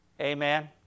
amen